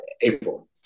april